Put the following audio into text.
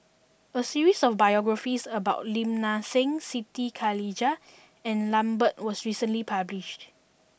a series of biographies about Lim Nang Seng Siti Khalijah and Lambert was recently published